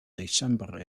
december